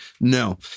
No